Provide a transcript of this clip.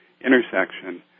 intersection